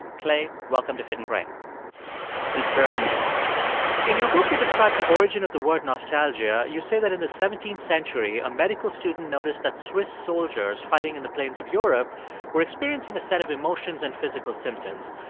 clay, welcome to hidden brain thank you for having me in your book, you describe the origin of the word nostalgia. you say that in the seventeenth century, a medical student noticed that swiss soldiers fighting in the plains of europe were experiencing a set of emotions and physical symptoms.